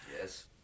Yes